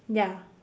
ya